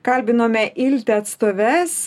kalbinome ilte atstoves